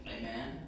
Amen